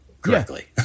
correctly